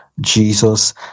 Jesus